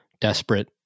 desperate